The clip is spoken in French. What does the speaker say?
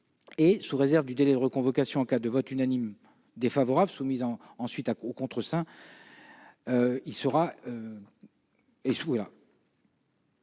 et, sous réserve du délai de nouvelle convocation en cas de vote unanime défavorable, soumis ensuite au contreseing.